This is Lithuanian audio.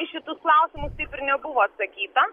į šitus klausimus taip ir nebuvo atsakyta